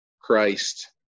Christ